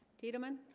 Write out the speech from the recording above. tiedemann